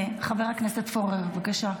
חבר הכנסת פורר, בבקשה.